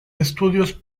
estudios